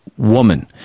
woman